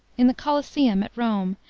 in the coliseum at rome,